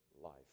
life